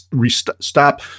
stop